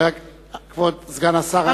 כבוד סגן השר.